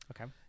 Okay